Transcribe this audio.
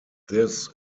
this